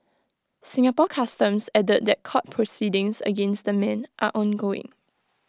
Singapore Customs added that court proceedings against the men are ongoing